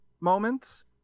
moments